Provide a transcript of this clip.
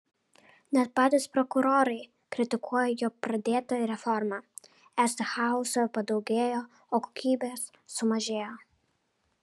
net patys prokurorai kritikuoja jo pradėtą reformą esą chaoso padaugėjo o kokybės sumažėjo